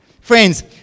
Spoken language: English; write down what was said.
friends